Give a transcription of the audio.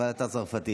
אוקיי, אבל אתה צרפתי.